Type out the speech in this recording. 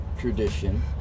tradition